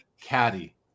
caddy